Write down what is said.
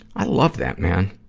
i love that, man.